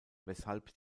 weshalb